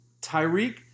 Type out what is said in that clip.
Tyreek